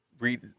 read